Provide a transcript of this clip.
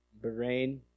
Bahrain